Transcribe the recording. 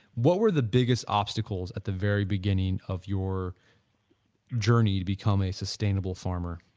what were the biggest obstacles at the very beginning of your journey to become a sustainable farmer?